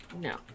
No